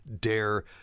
dare